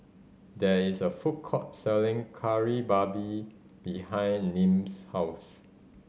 there is a food court selling Kari Babi behind Nim's house